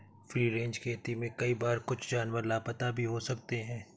free range खेती में कई बार कुछ जानवर लापता भी हो सकते हैं